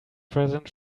present